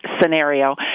scenario